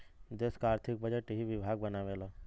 देस क आर्थिक बजट एही विभाग बनावेला